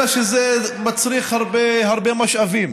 אלא שזה מצריך הרבה משאבים.